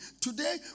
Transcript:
Today